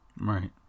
Right